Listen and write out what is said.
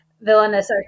villainous